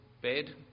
bed